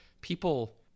people